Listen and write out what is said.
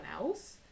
else